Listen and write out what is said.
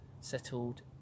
settled